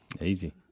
easy